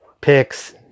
picks